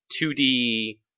2D